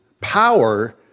power